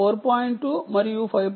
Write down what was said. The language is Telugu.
2 మరియు 5